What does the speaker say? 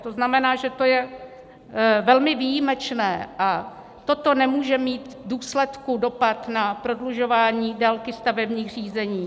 To znamená, že to je velmi výjimečné a toto nemůže mít v důsledku dopad na prodlužování délky stavebních řízení.